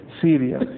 Syria